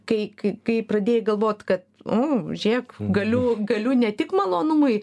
kai kai kai pradėjai galvot kad o žiūrėk galiu galiu ne tik malonumui